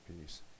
peace